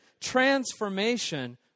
transformation